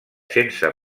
sense